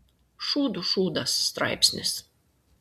šūdų šūdas straipsnis